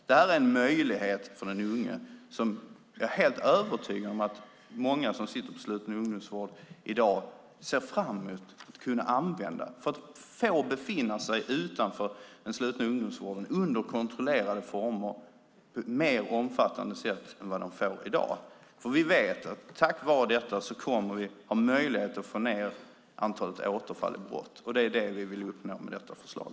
Det här är en möjlighet för den unge som jag är helt övertygad om att många som sitter på sluten ungdomsvård i dag ser fram emot att kunna använda för att få befinna sig utanför den slutna ungdomsvården under kontrollerade former i större omfattning än i dag. Vi vet att tack vare detta kommer vi att ha möjlighet att få ned antalet återfall i brott, och det är det som vi vill uppnå med detta förslag.